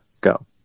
go